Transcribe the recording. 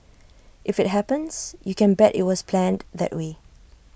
if IT happens you can bet IT was planned that way